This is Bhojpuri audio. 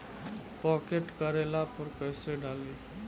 पॉकेट करेला पर कैसे डाली?